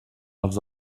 els